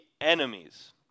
enemies